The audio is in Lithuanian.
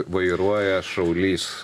vairuoja šaulys